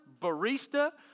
barista